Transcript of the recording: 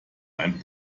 ein